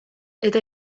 eta